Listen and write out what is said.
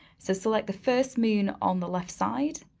so select the first moon on the left side,